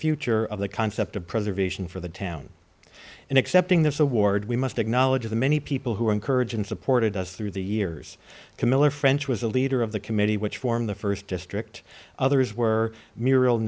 future of the concept of preservation for the town and accepting this award we must acknowledge the many people who encourage and supported us through the years camilla french was the leader of the committee which formed the first district others were muriel